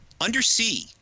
Undersea